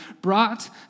brought